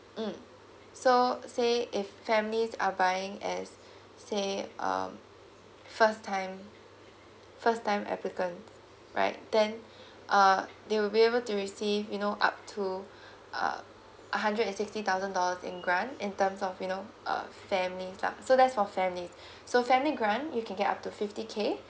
mm so say if family are buying as say um first time first time applicant right then uh they will be able to receive you know up to uh hundred and sixty thousand dollars in grant in terms of you know uh families lah so that's for families so family grant you can get up to fifty K